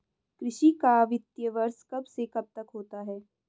कृषि का वित्तीय वर्ष कब से कब तक होता है?